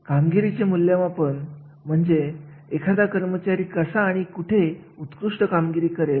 आता कार्याचे मूल्यमापन हे एक खूप महत्त्वाचे साधन ठरत असते